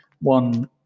one